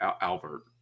Albert